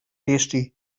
tasty